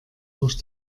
durch